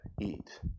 eat